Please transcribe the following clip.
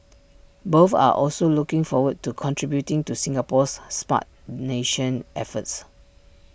both are also looking forward to contributing to Singapore's Smart Nation efforts